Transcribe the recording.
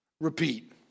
repeat